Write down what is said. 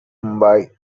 mumbai